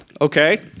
Okay